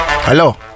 hello